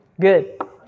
Good